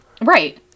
Right